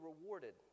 rewarded